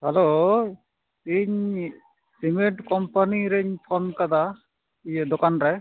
hello ᱤᱧ cement company ᱨᱤᱧ phone ᱟᱠᱫᱟ ᱤᱭᱟᱹ ᱫᱚᱠᱟᱱ ᱨᱮ